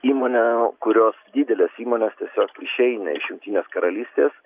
įmonę kurios didelės įmonės tiesiog išeina iš jungtinės karalystės